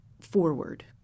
forward